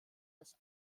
das